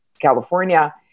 California